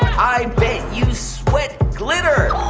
i bet you sweat glitter